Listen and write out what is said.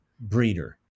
breeder